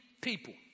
people